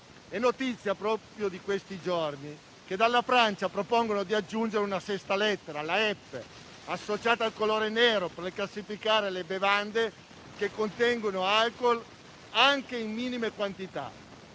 È notizia proprio di questi giorni che dalla Francia propongono di aggiungere una sesta lettera, la F, associata al colore nero, per classificare le bevande che contengono alcool anche in minime quantità: